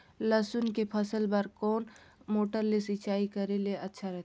लसुन के फसल बार कोन मोटर ले सिंचाई करे ले अच्छा रथे?